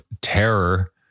Terror